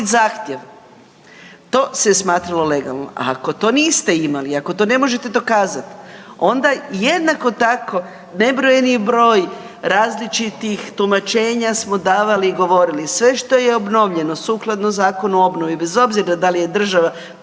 zahtjev. To se smatralo legalno. Ako to niste imali, ako to ne možete dokazati, onda jednako tako nebrojni broj različitih tumačenja smo davali i govorili, sve što je obnovljeno sukladno Zakonu o obnovi bez obzira da li je država